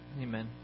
Amen